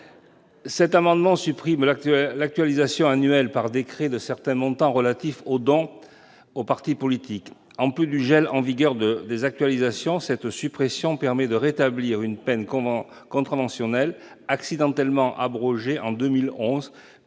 amendement vise à supprimer l'actualisation annuelle par décret de certains montants relatifs aux dons aux partis politiques. En sus du gel actuel des actualisations, cette suppression permet de rétablir une peine contraventionnelle, accidentellement abrogée en 2011,